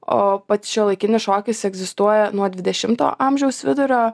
o pats šiuolaikinis šokis egzistuoja nuo dvidešimto amžiaus vidurio